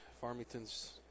Farmington's